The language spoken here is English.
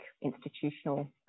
institutional